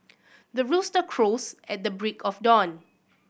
the rooster crows at the break of dawn